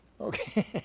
Okay